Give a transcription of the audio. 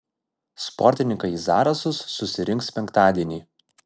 sportininkai į zarasus susirinks penktadienį